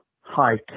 Hi